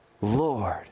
Lord